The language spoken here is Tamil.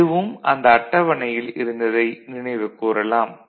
இதுவும் அந்த அட்டவணையில் இருந்ததை நினைவு கூறலாம்